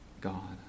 God